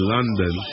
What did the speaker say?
London